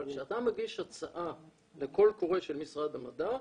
אבל כשאתה מגיש הצעה לקול קורא של משרד המדע,